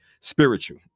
spiritual